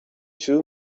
too